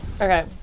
Okay